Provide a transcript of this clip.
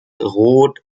rot